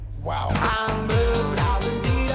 Wow